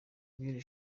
b’iri